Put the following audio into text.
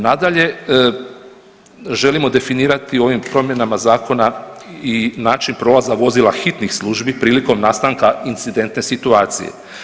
Nadalje, želimo definirati ovim promjenama zakona i način prolaza vozila hitnih službi prilikom nastanka incidentne situacije.